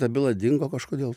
ta byla dingo kažkodėl